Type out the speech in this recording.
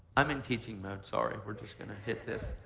i'm in teaching mode, sorry. we're just going to hit this.